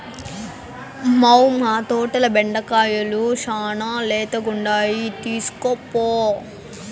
మ్మౌ, మా తోటల బెండకాయలు శానా లేతగుండాయి తీస్కోపో